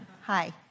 Hi